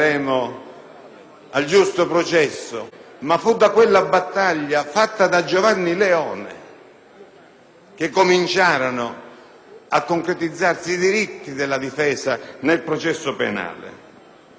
al giusto processo, ma fu da quella battaglia condotta da Giovanni Leone che cominciarono a concretizzarsi i diritti della difesa nel processo penale.